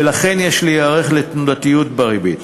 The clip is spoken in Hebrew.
ולכן יש להיערך לתנודתיות בריבית.